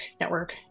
network